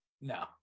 No